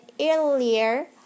earlier